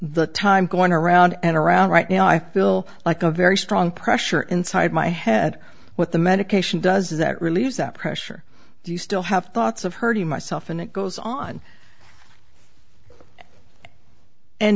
the time going around and around right now i feel like a very strong pressure inside my head what the medication does that relieves that pressure do you still have thoughts of hurting myself and it goes on and